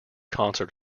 concert